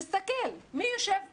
תסתכל מי יושב כאן.